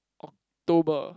October